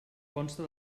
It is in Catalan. consta